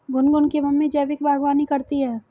गुनगुन की मम्मी जैविक बागवानी करती है